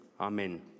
Amen